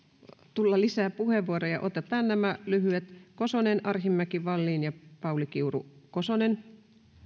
tulla lisää puheenvuoroja otetaan nämä lyhyet kosonen arhinmäki wallin ja pauli kiuru